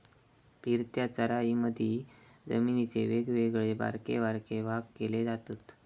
फिरत्या चराईमधी जमिनीचे वेगवेगळे बारके बारके भाग केले जातत